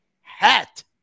hat